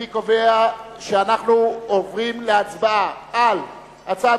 אני קובע שאנחנו עוברים להצבעה על הצעת